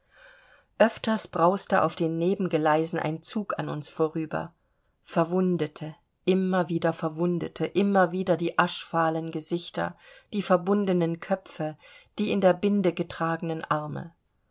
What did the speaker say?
öfters brauste auf den nebengeleisen ein zug an uns vorüber verwundete immer wieder verwundete immer wieder die aschfahlen gesichter die verbundenen köpfe die in der binde getragenen arme